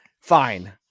Fine